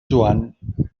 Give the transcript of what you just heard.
joan